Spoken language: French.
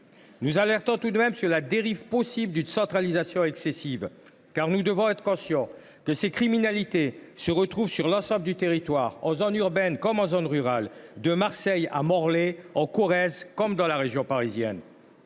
Nous alertons cependant sur la dérive possible vers une centralisation excessive, car nous devons être conscients que ces criminalités se retrouvent sur l’ensemble du territoire, en zone urbaine comme en zone rurale, de Marseille à Morlaix en passant par la Corrèze et la région parisienne.